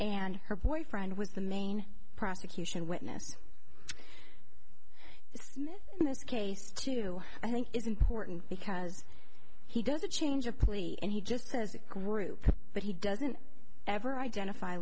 and her boyfriend was the main prosecution witness smith in this case too i think is important because he does a change of plea and he just says group but he doesn't ever identify